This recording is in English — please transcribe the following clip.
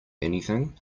anything